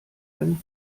einen